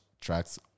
tracks